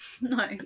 no